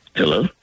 Hello